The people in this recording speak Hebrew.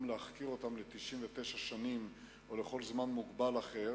להחכיר אותם ל-99 שנים או לכל זמן מוגבל אחר,